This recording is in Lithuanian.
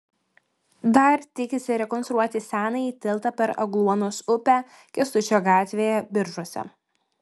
dar tikisi rekonstruoti senąjį tiltą per agluonos upę kęstučio gatvėje biržuose